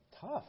Tough